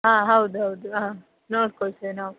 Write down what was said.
ಹಾಂ ಹೌದು ಹೌದು ಹಾಂ ನೋಡ್ಕೊಳ್ತೇವೆ ನಾವು